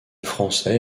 français